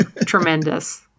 Tremendous